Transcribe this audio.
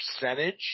percentage